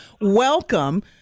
Welcome